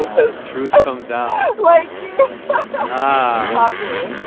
the truth comes out like yeah ah